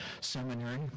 seminary